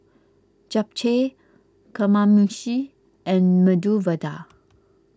Japchae Kamameshi and Medu Vada